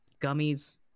gummies